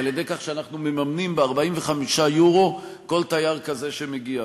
על-ידי כך שאנחנו מממנים ב-45 יורו כל תייר כזה שמגיע.